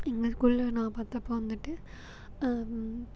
எங்கள் ஸ்கூல்ல நான் பார்த்தப்ப வந்துட்டு